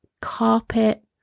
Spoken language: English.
carpet